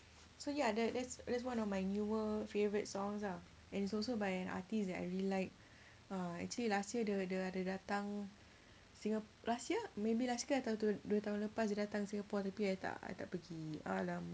so ya that that's that's one of my newer favourite songs lah and it's also by an artist that I really like uh actually last year the dia ada datang singer last year maybe last year atau dua tahun lepas dia datang singapore tapi I tak tak pergi !alamak!